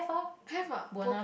have ah poke~